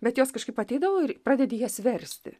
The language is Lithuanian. bet jos kažkaip ateidavo ir pradedi jas versti